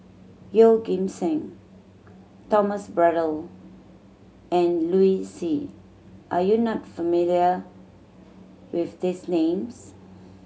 Yeoh Ghim Seng Thomas Braddell and Liu Si are you not familiar with these names